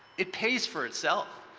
it pays for itself.